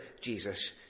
Jesus